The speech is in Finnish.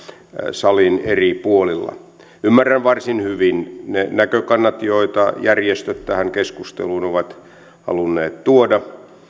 salin eri puolilla ymmärrän varsin hyvin ne näkökannat joita järjestöt tähän keskusteluun ovat halunneet tuoda